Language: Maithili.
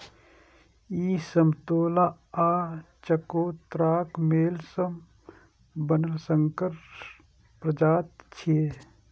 ई समतोला आ चकोतराक मेल सं बनल संकर प्रजाति छियै